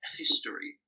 history